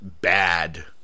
bad